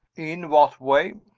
in what way?